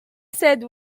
said